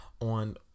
on